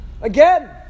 Again